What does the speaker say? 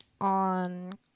on